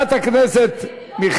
כן יגידו, זה